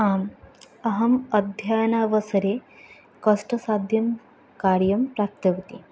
आम् अहम् अध्ययनावसरे कष्टसाध्यं कार्यं प्राप्तवती